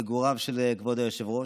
מגוריו של כבוד היושב-ראש,